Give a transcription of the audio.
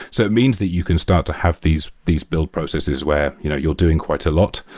so it means that you can start to have these these build processes where you know you're doing quite a lot,